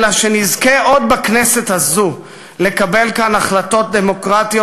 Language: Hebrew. אלא שנזכה עוד בכנסת הזאת לקבל כאן החלטות דמוקרטיות